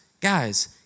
Guys